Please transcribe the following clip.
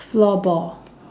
floorball